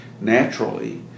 naturally